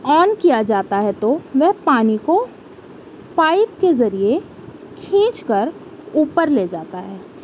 آن کیا جاتا ہے تو وہ پانی کو پائپ کے ذریعے کھینچ کر اوپر لے جاتا ہے